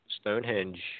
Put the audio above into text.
Stonehenge